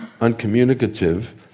uncommunicative